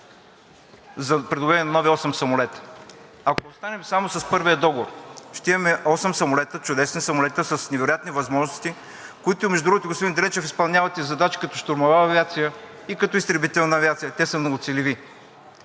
за придобиване на нови осем самолета. Ако останем само с първия договор, ще имаме осем чудесни самолета с невероятни възможности, които, между другото, господин Дренчев, изпълняват и задачи като щурмова авиация и като изтребителна авиация. Те са многоцелеви,